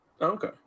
Okay